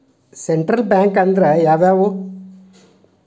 Central bank ಅಂದ್ರ ಯಾವ್ಯಾವು?